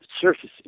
surfaces